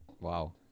Wow